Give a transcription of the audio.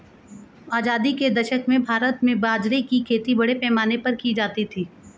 आजादी के दशक में भारत में बाजरे की खेती बड़े पैमाने पर की जाती थी